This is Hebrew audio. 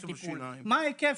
וצפון, מה זה צפון?